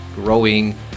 growing